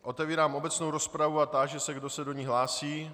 Otevírám obecnou rozpravu a táži se, kdo se do ní hlásí.